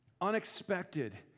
unexpected